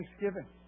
Thanksgiving